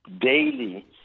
daily